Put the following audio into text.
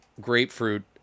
grapefruit